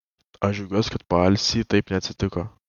aš džiaugiuosi kad paalsy taip neatsitiko